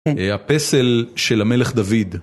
הפסל של המלך דוד